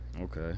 Okay